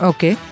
Okay